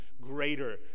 greater